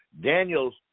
Daniel's